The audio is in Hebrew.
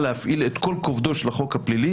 להפללה